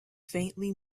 faintly